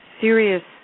serious